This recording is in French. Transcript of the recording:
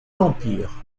l’empire